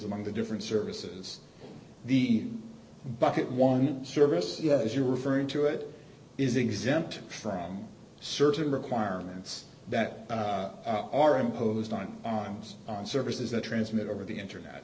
among the different services the bucket won't service yet as you're referring to it is exempt from certain requirements that are imposed on us on services that transmit over the internet